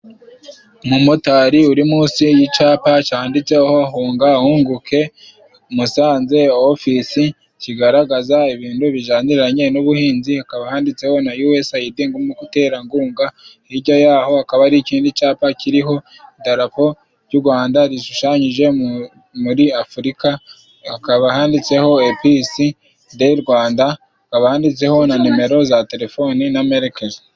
Umumotari uri munsi y'icapa canditseho hunga hunguke Musanze ofisi kigaragaza ibintu bijaniranye n'ubuhinzi hakaba handitseho na Yuyesayidi nk'umuterankunga hijya yaho hakaba ari ikindi cyapa kiriho idarapo ry'u Gwanda rishushanyije muri Afurika, hakaba handitseho Ofise de Rwanda, hakaba handitseho na nimero za telefoni n'amerekezo.